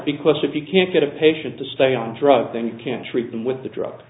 because if you can't get a patient to stay on drugs then you can treat them with the drug